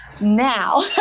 now